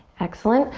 excellent,